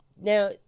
Now